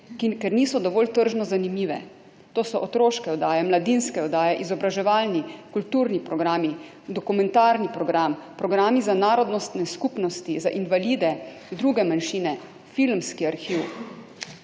ker niso dovolj tržno zanimive. To so otroške oddaje, mladinske oddaje, izobraževalni, kulturni programi, dokumentarni program, programi za narodnostne skupnosti, za invalide, druge manjšine, filmski arhiv.